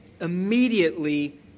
immediately